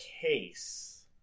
case